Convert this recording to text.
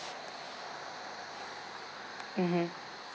mmhmm